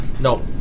No